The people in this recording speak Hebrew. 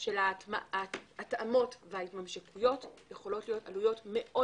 של ההתאמות וההתממשקויות יכולות להיות מאוד משמעותיות